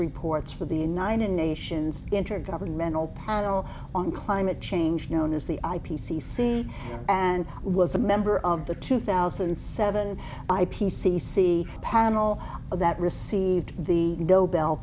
reports for the united nations intergovernmental panel on climate change known as the i p c c and was a member of the two thousand and seven i p c c panel that received the nobel